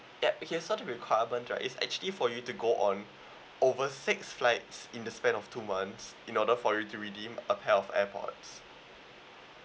ya okay so the requirement right is actually for you to go on over six flights in the span of two months in order for you to redeem a pair of airpods